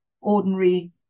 ordinary